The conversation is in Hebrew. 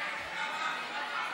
להעביר